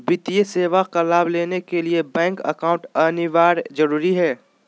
वित्तीय सेवा का लाभ लेने के लिए बैंक अकाउंट अनिवार्यता जरूरी है?